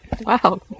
Wow